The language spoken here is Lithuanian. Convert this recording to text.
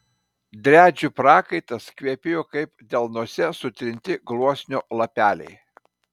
driadžių prakaitas kvepėjo kaip delnuose sutrinti gluosnio lapeliai